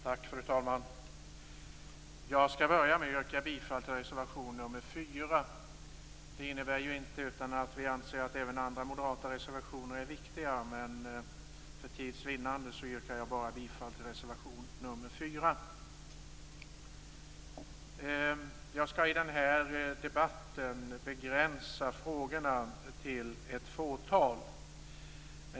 Fru talman! Jag skall börja med att yrka bifall till reservation 4. Det innebär inte att vi inte anser att andra moderata reservationer är viktiga, men för tids vinnande yrkar jag bara bifall till reservation 4. Jag skall i den här debatten begränsa frågorna till ett fåtal.